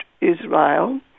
Israel